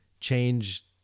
change